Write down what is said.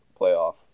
playoff